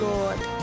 Lord